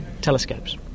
telescopes